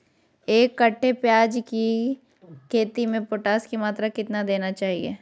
एक कट्टे प्याज की खेती में पोटास की मात्रा कितना देना चाहिए?